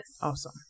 Awesome